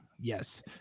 yes